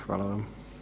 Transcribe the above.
Hvala vam.